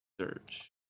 Search